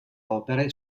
opere